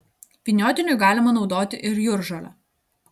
vyniotiniui galima naudoti ir jūržolę